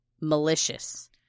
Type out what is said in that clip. malicious